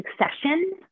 succession